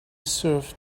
serve